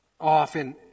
often